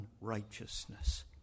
unrighteousness